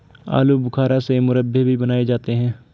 आलू बुखारा से मुरब्बे भी बनाए जाते हैं